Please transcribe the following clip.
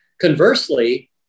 Conversely